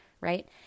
right